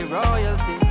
Royalty